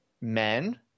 men